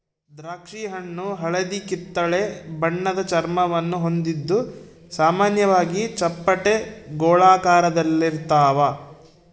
ದ್ರಾಕ್ಷಿಹಣ್ಣು ಹಳದಿಕಿತ್ತಳೆ ಬಣ್ಣದ ಚರ್ಮವನ್ನು ಹೊಂದಿದ್ದು ಸಾಮಾನ್ಯವಾಗಿ ಚಪ್ಪಟೆ ಗೋಳಾಕಾರದಲ್ಲಿರ್ತಾವ